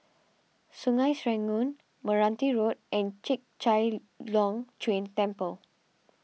Sungei Serangoon Meranti Road and Chek Chai Long Chuen Temple